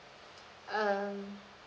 um